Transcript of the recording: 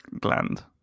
gland